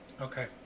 Okay